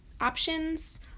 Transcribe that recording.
options